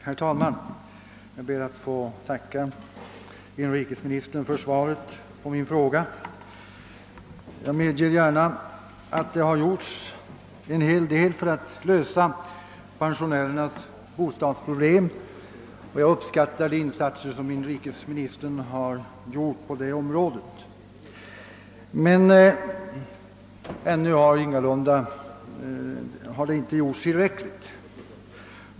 Herr talman! Jag ber att få tacka inrikesministern för svaret på min fråga. Jag medger gärna att det har gjorts en hel del för att lösa pensionärernas bostadsproblem, och jag uppskattar inrikesministerns insatser härvidlag. Men ännu har det inte gjorts tillräckligt.